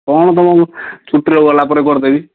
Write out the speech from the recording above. କ'ଣ ତୁମ ଛୁଟିରୁ ଗଲା ପରେ କରିଦେବି